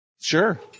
Sure